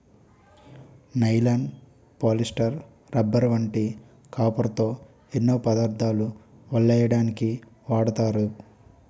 nylon, polyester, rubber వంటి కాపరుతో ఎన్నో పదార్ధాలు వలెయ్యడానికు వాడతారు